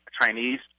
Chinese